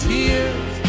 Tears